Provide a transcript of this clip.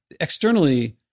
externally